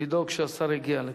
לדאוג שהשר יגיע לכאן.